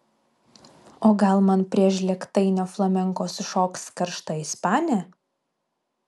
o gal man prie žlėgtainio flamenko sušoks karšta ispanė